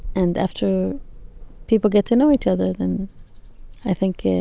and after people get to know each other, then i think